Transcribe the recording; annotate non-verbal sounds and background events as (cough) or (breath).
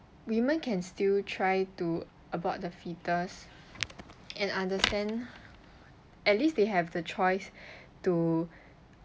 women can still try to abort the foetus and understand (breath) at least they have the choice (breath) to